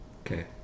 Okay